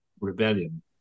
rebellion